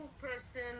person